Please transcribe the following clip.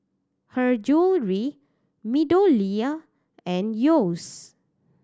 Her Jewellery MeadowLea and Yeo's